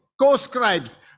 co-scribes